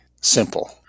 simple